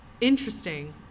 interesting